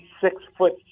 six-foot